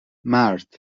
مرد